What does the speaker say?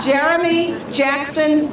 jeremy jackson